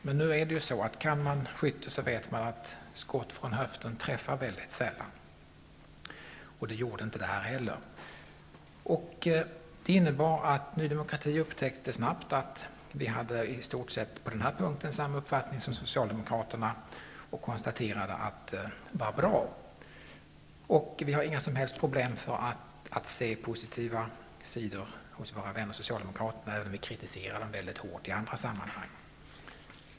Men den som kan skytte vet att ett skott från höften träffar mycket sällan, och det gjorde inte det här heller. Detta innebar att vi i Ny demokrati snabbt upptäckte att vi på den här punkten hade ungefär samma uppfattning som socialdemokraterna, och vi konstaterade att det var bra. Vi har inga som helst problem att se positiva sidor hos våra vänner socialdemokraterna, även om vi kritiserar dem mycket hårt i andra sammanhang.